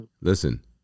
Listen